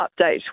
update